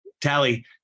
Tally